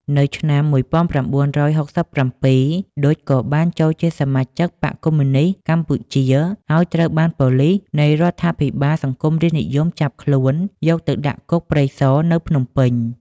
នៅឆ្នាំ១៩៦៧ ឌុច ក៏បានចូលជាសមាជិកបក្សកុម្មុយនីស្តកម្ពុជាហើយត្រូវបានប៉ូលិសនៃរដ្ឋាភិបាលសង្គមរាស្រ្តនិយមចាប់ខ្លួន យកទៅដាក់គុកព្រៃស នៅភ្នំពេញ។